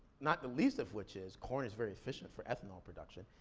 not the least of which is, corn is very efficient for ethanol production,